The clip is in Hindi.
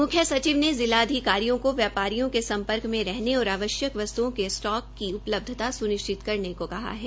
मुख्य सचिव ने जिला अधिकारियों को व्यापारियों के सम्पर्क में रहने और आवश्यक वस्त्ओं की स्टाक की उपलब्धता सुनिश्चित करने को कहा है